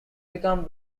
become